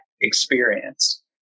experience